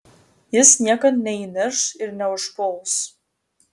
jis niekad neįnirš ir neužpuls